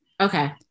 Okay